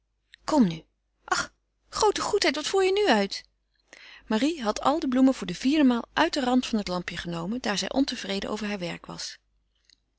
kom nu ach groote goedheid wat voer je nu uit marie had al de bloemen voor de vierde maal uit den rand van het lampje genomen daar zij ontevreden over haar werk was